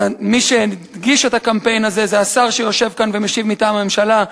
מי שהגיש את הקמפיין הזה זה השר שיושב כאן ומשיב מטעם הממשלה,